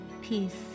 peace